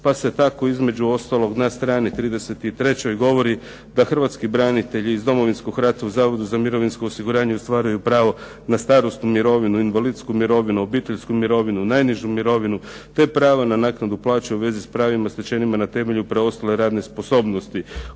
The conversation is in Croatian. pa se tako između ostalog na strani 33 govori da hrvatski branitelji iz Domovinskog rata u Zavodu za mirovinsko osiguranje ostvaruju pravo na starosnu mirovinu, invalidsku mirovinu, obiteljsku mirovinu, najnižu mirovinu, te prava na naknadu plaće u vezi s pravima stečenima na temelju preostale radne sposobnosti.